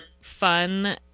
fun